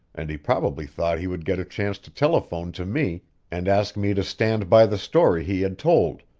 and he probably thought he would get a chance to telephone to me and ask me to stand by the story he had told,